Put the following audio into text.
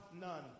none